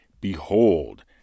Behold